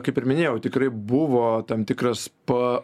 kaip ir minėjau tikrai buvo tam tikras pa